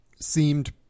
seemed